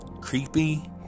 Creepy